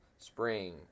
spring